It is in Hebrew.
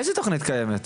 איזו תכנית קיימת?